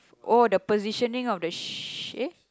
oh the positioning of the sh~ eh